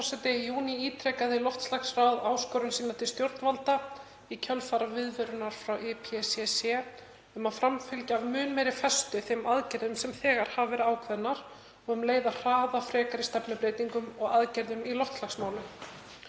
forseti. Í júní ítrekaði loftslagsráð áskorun sína til stjórnvalda í kjölfar viðvörunar frá IPCC um að framfylgja af mun meiri festu þeim aðgerðum sem þegar hafa verið ákveðnar og um leið að hraða frekari stefnubreytingum og aðgerðum í loftslagsmálum.